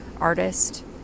artist